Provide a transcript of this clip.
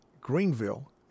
Greenville